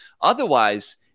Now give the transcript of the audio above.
Otherwise